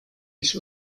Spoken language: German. ich